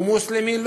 הוא מוסלמי?